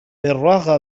بالرغم